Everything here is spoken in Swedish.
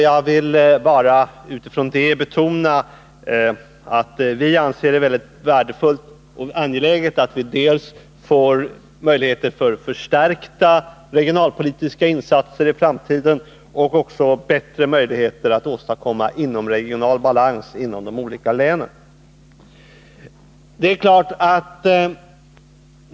Jag vill bara betona att vi anser det mycket angeläget och värdefullt att vi dels får möjligheter till förstärkta regionalpolitiska insatser i framtiden, dels får bättre möjligheter att åstadkomma inomregional balans i de olika länen.